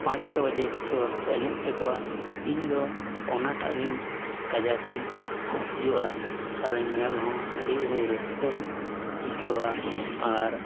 ᱯᱟᱸᱪ ᱪᱷᱚ ᱦᱟᱹᱵᱤᱡ ᱠᱚ ᱮᱱᱮᱡ ᱥᱮᱨᱮᱧ ᱦᱚᱪᱚ ᱠᱚᱣᱟ ᱤᱧ ᱫᱚ ᱚᱱᱟᱴᱟᱜ ᱜᱮᱧ ᱠᱟᱡᱟᱠ ᱤᱧ ᱠᱩᱥᱤᱣᱟᱜᱼᱟ ᱟᱨ ᱧᱮᱞ ᱦᱚᱸ ᱟᱹᱰᱤ ᱜᱮᱧ ᱨᱟᱹᱥᱠᱟᱹᱧ ᱟᱹᱭᱠᱟᱹᱣᱟ ᱟᱨ